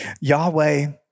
Yahweh